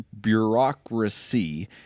bureaucracy